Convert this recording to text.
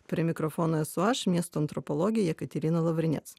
prie mikrofono esu aš miesto antropologė jekaterina lovriniec